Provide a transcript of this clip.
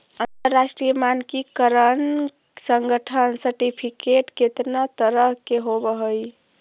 अंतरराष्ट्रीय मानकीकरण संगठन सर्टिफिकेट केतना तरह के होब हई?